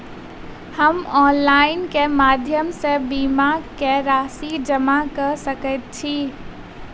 हम ऑनलाइन केँ माध्यम सँ बीमा केँ राशि जमा कऽ सकैत छी?